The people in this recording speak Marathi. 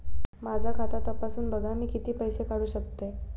माझा खाता तपासून बघा मी किती पैशे काढू शकतय?